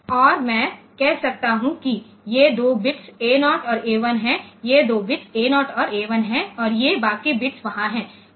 और मैं कह सकता हूँ कि ये 2 बिट्स A 0 और A 1 है ये 2 बिट्स A 0 और A 1 हैं और ये बाकी बिट्स वहाँ हैं और यह बिट A 15 है